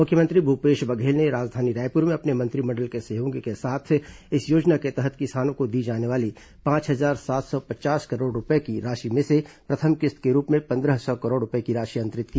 मुख्यमंत्री भूपेश बघेल ने राजधानी रायपुर में अपने मंत्रिमंडल के सहयोगियों के साथ इस योजना के तहत किसानों को दी जाने वाली पांच हजार सात सौ पचास करोड़ रूपये की राशि में से प्रथम किश्त के रूप में पंद्रह सौ करोड़ रूपये की राशि अंतरित की